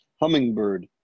Hummingbird